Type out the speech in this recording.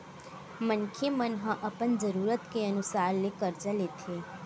मनखे मन ह अपन जरूरत के अनुसार ले करजा लेथे